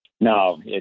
No